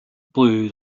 blew